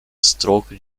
stoke